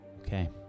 Okay